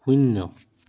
শূন্য